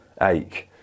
ache